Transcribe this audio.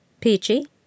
Peachy